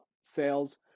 sales